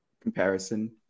comparison